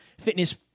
fitness